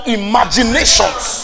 imaginations